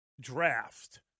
draft